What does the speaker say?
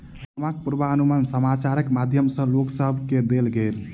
मौसमक पूर्वानुमान समाचारक माध्यम सॅ लोक सभ केँ देल गेल